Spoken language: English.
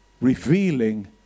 revealing